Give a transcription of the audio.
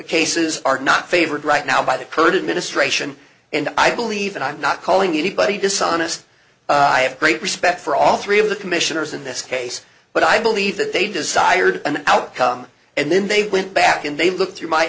cases are not favored right now by the purdah ministration and i believe and i'm not calling anybody dishonest i have great respect for all three of the commissioners in this case but i believe that they desired an outcome and then they went back and they looked through my